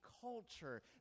culture